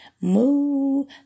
Move